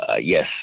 yes